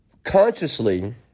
Consciously